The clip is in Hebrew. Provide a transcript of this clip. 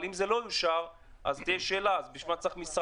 אבל אם זה לא יאושר תהיה שאלה: בשביל מה צריך משרד